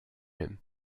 him